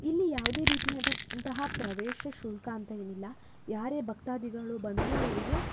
ಇಲ್ಲಿ ಯಾವುದೇ ರೀತಿಯಾದಂತಹ ಪ್ರವೇಶ ಶುಲ್ಕ ಅಂತ ಏನಿಲ್ಲ ಯಾರೇ ಭಕ್ತಾದಿಗಳು ಬಂದರೂ ಅವರಿಗೆ